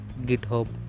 GitHub